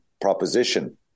proposition